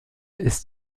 ist